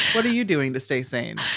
what are you doing to stay sane?